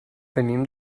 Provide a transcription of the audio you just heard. venim